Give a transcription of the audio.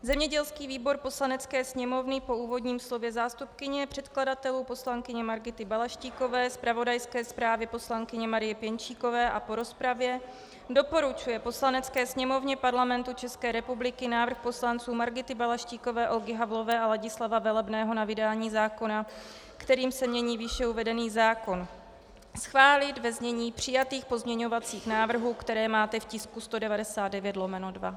Zemědělský výbor Poslanecké sněmovny po úvodním slově zástupkyně předkladatelů poslankyně Margity Balaštíkové, zpravodajské zprávě poslankyně Marie Pěnčíkové a po rozpravě doporučuje Poslanecké sněmovně Parlamentu ČR návrh poslanců Margity Balaštíkové, Olgy Havlové a Ladislava Velebného na vydání zákona, kterým se mění výše uvedený zákon, schválit ve znění přijatých pozměňovacích návrhů, které máte v tisku 199/2.